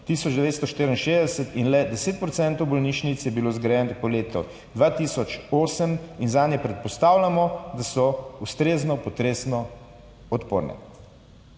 1964 in le 10 % bolnišnic je bilo zgrajenih po letu 2008, zanje predpostavljamo, da so ustrezno potresno odporne.